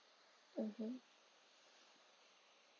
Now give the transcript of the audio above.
mmhmm